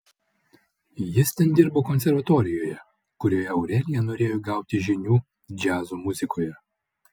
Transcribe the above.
jis ten dirbo konservatorijoje kurioje aurelija norėjo įgauti žinių džiazo muzikoje